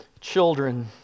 children